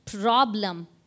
problem